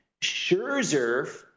Scherzer